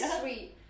sweet